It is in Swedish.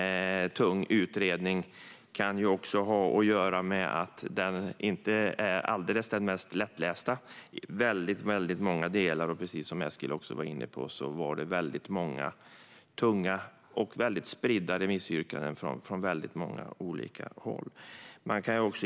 Den innehåller många delar och är inte den alldeles mest lättlästa, och som Eskil var inne på var det väldigt många tunga och spridda remissyrkanden från många olika håll.